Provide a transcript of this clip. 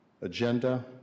agenda